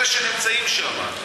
אלה שנמצאים שם,